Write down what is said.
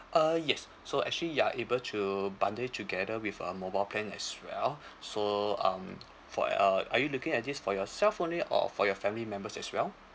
uh yes so actually you're able to bundle together with a mobile plan as well so um for uh are you looking at this for yourself only or for your family members as well